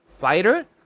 fighter